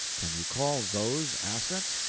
can you call those assets?